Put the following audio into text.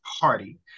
party